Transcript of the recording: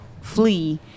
flee